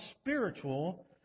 spiritual